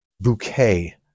bouquet